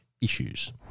issues